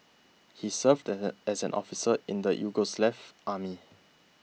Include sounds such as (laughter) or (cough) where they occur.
he served (unintelligible) as an officer in the Yugoslav army